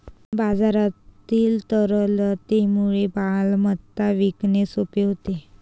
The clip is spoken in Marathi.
बाजारातील तरलतेमुळे मालमत्ता विकणे सोपे होते